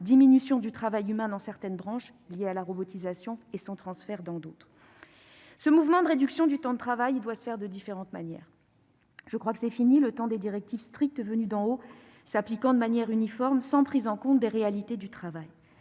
diminution du travail humain dans certaines branches, liée à la robotisation, et son transfert dans d'autres. Ce mouvement de réduction du temps de travail doit se faire de différentes manières. Fini le temps des directives strictes venues d'en haut, s'appliquant de manière uniforme, sans prise en compte des réalités du travail